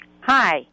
Hi